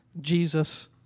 Jesus